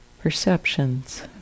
Perceptions